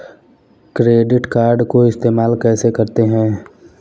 Credit card को इस्तेमाल कैसे करते हैं?